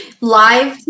live